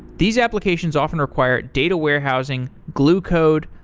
these applications often require data warehousing, glue code,